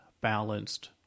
balanced